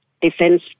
Defence